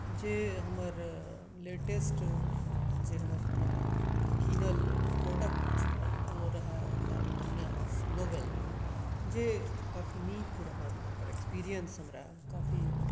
जे हमर लेटेस्ट जे हमर कीनल प्रोडक्ट छल ओ रहय एकटा उपन्यास नोवल जे काफी नीक रहल ओकर एक्सपीरियंस हमरा काफी